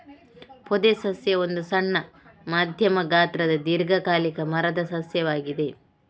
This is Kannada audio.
ಪೊದೆ ಸಸ್ಯ ಒಂದು ಸಣ್ಣ, ಮಧ್ಯಮ ಗಾತ್ರದ ದೀರ್ಘಕಾಲಿಕ ಮರದ ಸಸ್ಯವಾಗಿದೆ